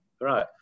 Right